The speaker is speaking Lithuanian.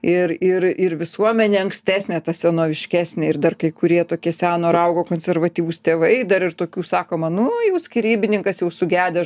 ir ir ir visuomenė ankstesnė senoviškesnė ir dar kai kurie tokie seno raugo konservatyvūs tėvai dar ir tokių sakoma nu jau skirybininkas jau sugedęs